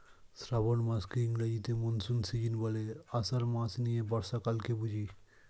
শ্রাবন মাসকে ইংরেজিতে monsoon season বলে, আষাঢ় মাস নিয়ে বর্ষাকালকে বুঝি